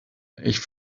ich